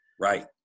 Right